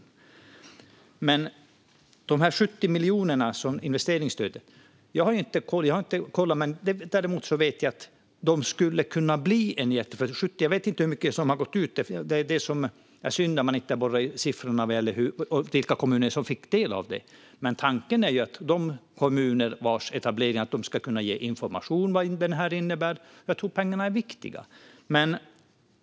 När det gäller de 70 miljonerna i investeringsstöd har jag inte kollat hur mycket som har gått ut. Det är synd att man inte har siffrorna i huvudet. Jag vet inte vilka kommuner som fick del av det, men tanken är att de kommuner där etablering sker ska kunna ge information om vad det innebär. Jag tror att pengarna är viktiga.